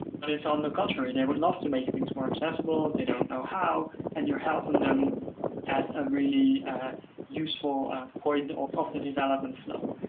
but it's on the contrary. they would love to make things more accessible. they don't know how, and you're helping them at a really useful point of the development flow,